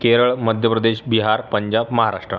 Kerala Madhya Pradesh Bihar Punjab Maharashtra